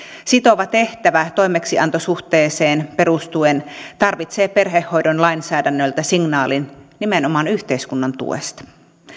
sitova tehtävä toimeksiantosuhteeseen perustuen tarvitsee perhehoidon lainsäädännöltä signaalin nimenomaan yhteiskunnan tuesta